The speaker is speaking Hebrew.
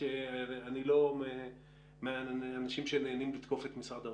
שאני לא מהאנשים שנהנים לתקוף את משרד האוצר,